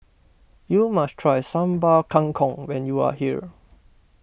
you must try Sambal Kangkong when you are here